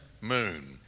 moon